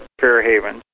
Fairhaven